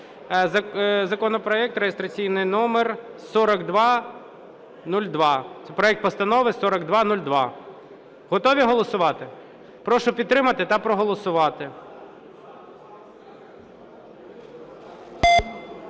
законопроект (реєстраційний номер 4202). Це проект Постанови 4202. Готові голосувати? Прошу підтримати та проголосувати.